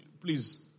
please